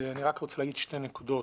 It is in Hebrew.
אני רק רוצה להגיד שתי נקודות.